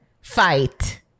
fight